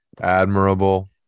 admirable